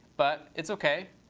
but it's ok.